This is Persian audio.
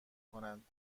کنند